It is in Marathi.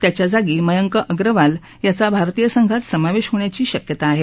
त्याच्या जागी मयंक अग्रवाल याचा भारतीय संघात समावेश होण्याची शक्यता आहे